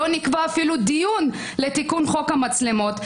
לא נקבע אפילו דיון לתיקון חוק המצלמות.